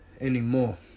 anymore